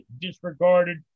disregarded